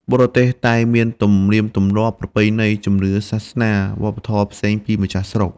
បរទេសតែងមានទំនៀមទម្លាប់ ប្រពៃណី ជំនឿសាសនា វប្បធម៌ផ្សេងពីម្ចាស់ស្រុក ។